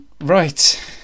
Right